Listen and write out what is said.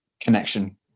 connection